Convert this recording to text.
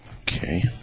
Okay